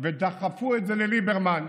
ודחפו את זה לליברמן.